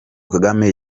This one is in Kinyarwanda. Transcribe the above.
kagame